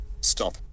stop